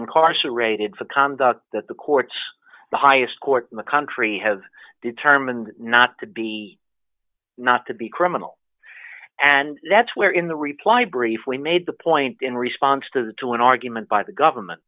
incarcerated for conduct that the courts the highest court in the country have determined not to be not to be criminal and that's where in the reply brief we made the point in response to to an argument by the government